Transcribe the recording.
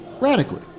radically